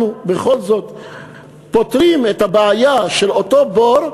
בכל זאת פותרים את הבעיה של אותו בור,